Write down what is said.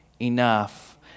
enough